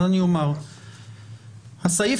הסעיף